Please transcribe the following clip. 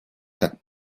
как